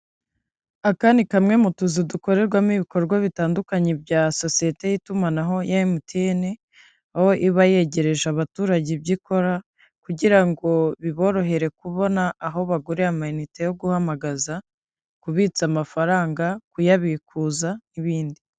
Aka ni kamwe mu tuzu dukorerwamo ibikorwa bitandukanye bya sosiyete y'itumanaho ya MTN, aho iba yegereje abaturage ibyo ikora kugira ngo biborohere kubona aho bagurira amayinite yo guhamagaza, kubitsa amafaranga, kuyabikuza n'ibindi.